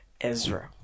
Ezra